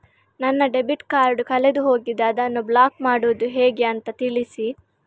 ನನ್ನ debit card ಕಳೆದು ಹೋಗಿದೆ, ಅದನ್ನು ಬ್ಲಾಕ್ ಮಾಡುವುದು ಹೇಗೆ ಅಂತ ತಿಳಿಸಿ?